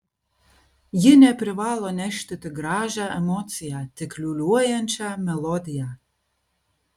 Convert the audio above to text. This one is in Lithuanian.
ji neprivalo nešti tik gražią emociją tik liūliuojančią melodiją